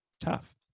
tough